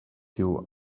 you